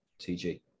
TG